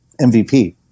MVP